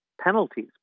penalties